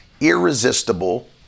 irresistible